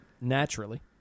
Naturally